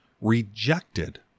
rejected